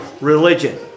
religion